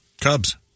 Cubs